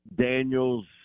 Daniels